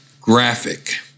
graphic